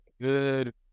good